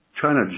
China